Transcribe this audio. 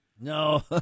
No